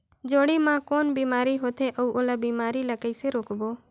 जोणी मा कौन बीमारी होथे अउ ओला बीमारी ला कइसे रोकबो?